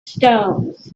stones